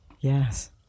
yes